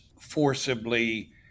forcibly